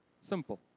Simple